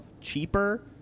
cheaper